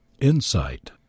Insight